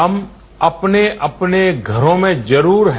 हम अपने अपने घरों में जरूर हैं